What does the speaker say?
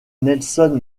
nelson